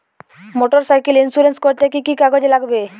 Motorcycle insurance করতে কি কি কাগজ লাগবে?